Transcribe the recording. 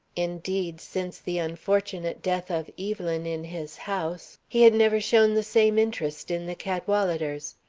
indeed, since the unfortunate death of evelyn in his house, he had never shown the same interest in the cadwaladers.